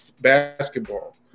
basketball